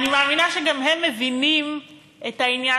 אני מאמינה שגם הם מבינים את העניין,